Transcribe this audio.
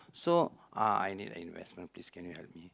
so uh I need a investment please can you help me